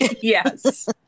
Yes